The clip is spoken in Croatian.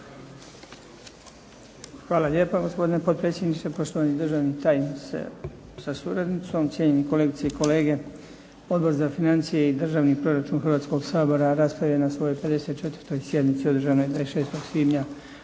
Hvala lijepa gospodine potpredsjedniče, poštovani državni tajniče sa suradnicom, cijenjeni kolegice i kolege. Odbor za financije i državni proračun Hrvatskog sabora raspravio je na svojoj 54. sjednici održanoj 26. svibnja